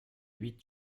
huit